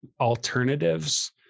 alternatives